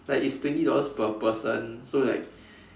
like it's twenty dollars per person so like